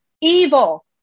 Evil